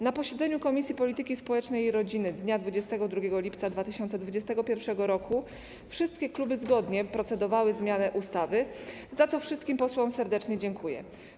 Na posiedzeniu Komisji Polityki Społecznej i Rodziny dnia 22 lipca 2021 r. wszystkie kluby zgodnie procedowały zmianę ustawy, za co wszystkim posłom serdecznie dziękuję.